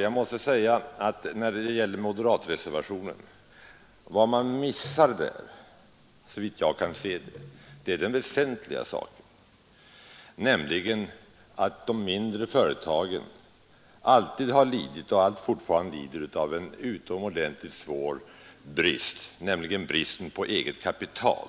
Jag vill beträffande moderatreservationen säga, herr Hovhammar, att man där missar det väsentliga, nämligen att man bortser från att de mindre företagen alltid har lidit och fortfarande lider av en utomordentligt svår brist, nämligen på eget kapital.